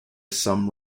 some